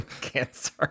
cancer